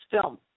film